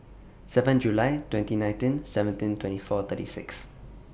seven July twenty nineteen seventeen twenty four thirty six